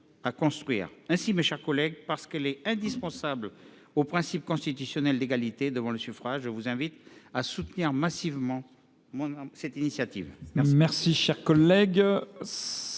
Mes chers collègues, parce qu’elle est indispensable au principe constitutionnel d’égalité devant le suffrage, je vous invite donc à soutenir massivement cette initiative.